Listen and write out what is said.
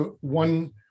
one